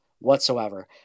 whatsoever